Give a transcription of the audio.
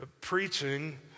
preaching